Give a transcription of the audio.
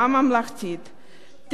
טרם קיבלתי התשובות,